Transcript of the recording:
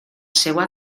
seua